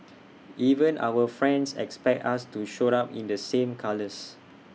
even our friends expect us to show up in the same colours